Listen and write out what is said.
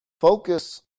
focus